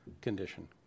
condition